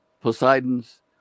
Poseidon's